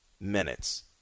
minutes